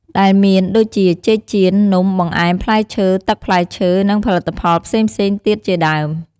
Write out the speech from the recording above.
ដែលមានដូចជាចេកចៀន នំ បង្អែមផ្លែឈើ ទឹកផ្លែឈើ និងផលិតផលផ្សេងៗទៀតជាដើម។